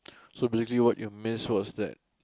so basically what you miss was that